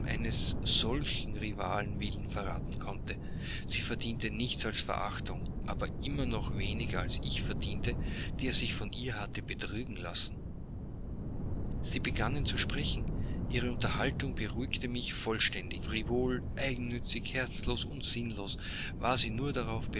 solchen rivalen willen verraten konnte sie verdiente nichts als verachtung aber immer noch weniger als ich verdiente der sich von ihr hatte betrügen lassen sie begannen zu sprechen ihre unterhaltung beruhigte mich vollständig frivol eigennützig herzlos und sinnlos war sie nur darauf